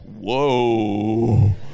whoa